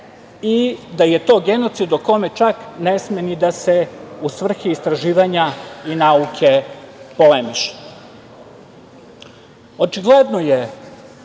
i da je to genocid o kome čak ne sme, ni da se u svrhe istraživanja i nauke polemiše. Očigledno je